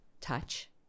touch